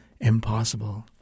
Impossible